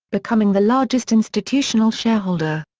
becoming the largest institutional shareholder.